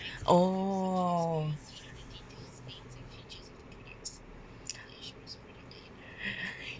oh